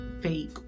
fake